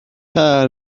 car